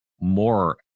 more